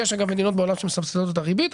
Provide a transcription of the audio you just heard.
יש, אגב, מדינות בעולם שמסבסדות את הריבית.